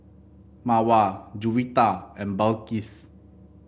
Mawar Juwita and Balqis